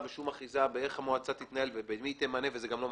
תודה.